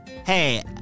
Hey